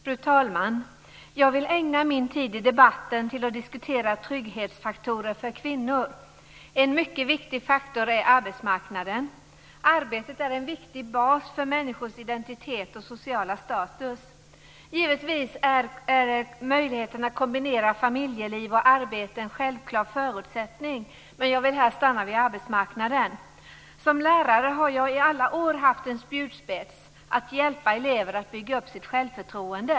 Fru talman! Jag vill ägna min tid i debatten till att diskutera trygghetsfaktorer för kvinnor. En mycket viktig faktor är arbetsmarknaden. Arbetet är en viktig bas för människors identitet och sociala status. Givetvis är möjligheten att kombinera familjeliv och arbete en självklar förutsättning, men jag vill här stanna vid arbetsmarknaden. Som lärare har jag i alla år haft en spjutspets: att hjälpa elever att bygga upp sitt självförtroende.